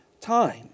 time